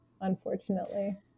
unfortunately